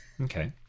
Okay